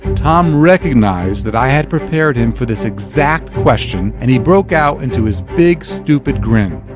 tom recognized that i had prepared him for this exact question, and he broke out into his big stupid grin